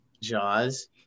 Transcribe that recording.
Jaws